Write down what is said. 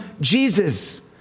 Jesus